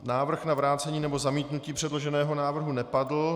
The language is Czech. Návrh na vrácení nebo zamítnutí předloženého návrhu nepadl.